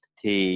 thì